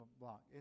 block